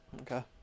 Okay